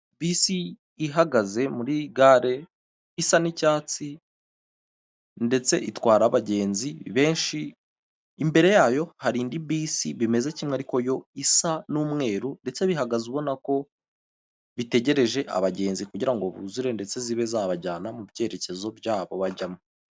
Bisi ihagaze muri gare isa n'icyatsi ndetse itwara abagenzi benshi, imbere yayo hari indi bisi bimeze kimwe ariko yo isa n'umweru, ndetse bihagaze ubona ko bitegereje abagenzi kugirango buzure ndetse zibe zabajyana mu byerekezo byabo bajyamo.